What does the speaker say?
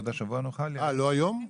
לא היום?